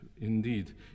indeed